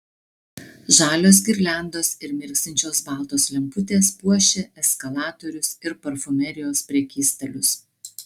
žalios girliandos ir mirksinčios baltos lemputės puošia eskalatorius ir parfumerijos prekystalius